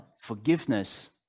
forgiveness